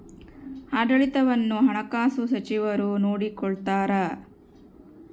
ಆಡಳಿತವನ್ನು ಹಣಕಾಸು ಸಚಿವರು ನೋಡಿಕೊಳ್ತಾರ